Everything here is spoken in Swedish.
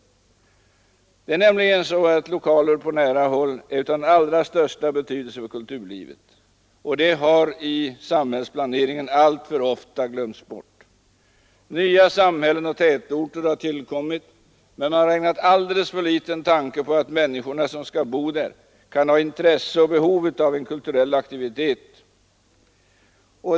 Lätt tillgängliga lokaler är av den allra största betydelse för de kulturella aktiviteterna, och det har i samhällslivet alltför ofta glömts bort. Nya samhällen och ny tätbebyggelse har tillkommit, men man har ägnat alltför liten tanke åt att människorna som skall bo där kan ha intresse och behov av kulturell aktivitet.